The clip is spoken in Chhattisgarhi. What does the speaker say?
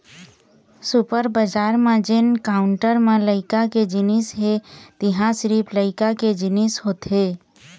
सुपर बजार म जेन काउंटर म लइका के जिनिस हे तिंहा सिरिफ लइका के जिनिस होथे